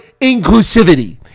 Inclusivity